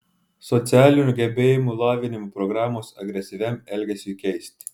socialinių gebėjimų lavinimo programos agresyviam elgesiui keisti